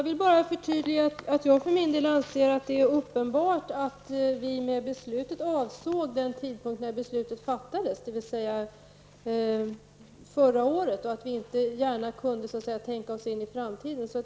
Herr talman! Jag anser att det är uppenbart att beslutet avsåg den tidpunkt då det fattades, dvs. i juni förra året. Vi kunde då inte gärna tänka oss in i framtiden.